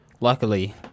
luckily